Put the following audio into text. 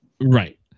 Right